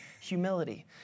humility